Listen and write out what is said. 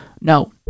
No